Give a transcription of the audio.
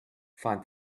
find